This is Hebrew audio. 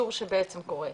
שבעצם קורה,